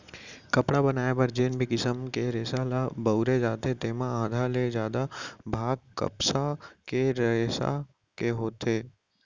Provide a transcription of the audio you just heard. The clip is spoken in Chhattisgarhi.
कपड़ा बनाए बर जेन भी किसम के रेसा ल बउरे जाथे तेमा आधा ले जादा भाग कपसा के रेसा के होथे